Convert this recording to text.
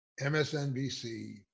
MSNBC